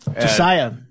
Josiah